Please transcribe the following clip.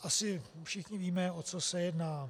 Asi všichni víme, o co se jedná.